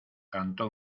cantó